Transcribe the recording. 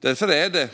Därför är det